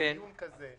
דיון כזה,